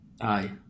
Aye